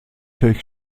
tech